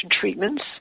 treatments